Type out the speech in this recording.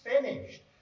finished